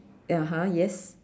(uh huh) yes